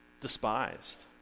despised